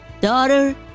daughter